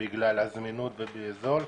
בגלל הזמינות ובגלל שזה זול,